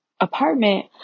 apartment